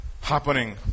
happening